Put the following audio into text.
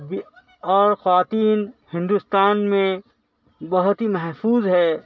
اور خواتین ہندوستان میں بہت ہی محفوظ ہے